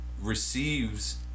receives